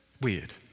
weird